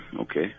okay